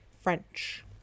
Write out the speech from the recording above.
French